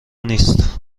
نیست